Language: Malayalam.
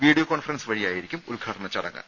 വീഡിയോ കോൺഫറൻസ് വഴിയായിരിക്കും ഉദ്ഘാടന ചടങ്ങ്